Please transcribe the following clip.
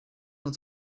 uns